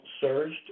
surged